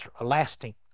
lasting